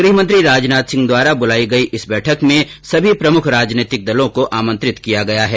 गृह मंत्री राजनाथ सिंह द्वारा बुलाई गई इस बैठक में सभी प्रमुख राजनीतिक दलों को आमंत्रित किया गया है